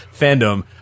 fandom